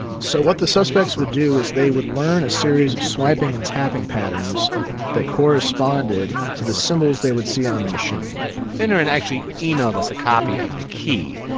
so what the suspects would do is they would learn a series of swiping and tapping patterns that corresponded to the symbols they would see on the machine finneran actually emailed us a copy of the key.